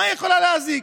מה היא יכולה להזיק?